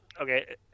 Okay